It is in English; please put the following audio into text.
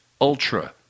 Ultra